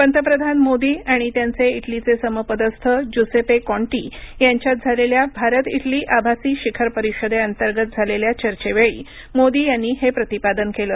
पतप्रधान मोदी आणि त्यांचे इटलीचे समपदस्थ ज्युसेपे काँटी यांच्यात झालेल्या भारत इटली आभासी शिखर परिषदेअंतर्गत झालेल्या चर्चेवेळी मोदी यांनी हे प्रतिपादन केलं